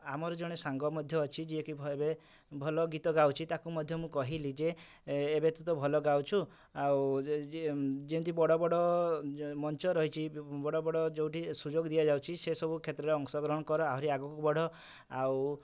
ଆମର ଜଣେ ସାଙ୍ଗ ମଧ୍ୟ ଅଛି ଯିଏକି ଏବେ ଭଲ ଗୀତ ଗାଉଛି ତାକୁ ମଧ୍ୟ ମୁଁ କହିଲି ଯେ ଏବେ ତ ତୁ ଭଲ ଗାଉଛୁ ଆଉ ଯେମିତି ବଡ଼ ବଡ଼ ମଞ୍ଚ ରହିଛି ବଡ଼ ବଡ଼ ଯେଉଁଠି ସୁଯୋଗ ଦିଆଯାଉଛି ସେ ସବୁ କ୍ଷେତ୍ର ରେ ଅଂଶ ଗ୍ରହଣ କର ଆହୁରି ଆଗୁକୁ ବଢ଼ ଆଉ